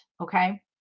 Okay